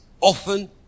often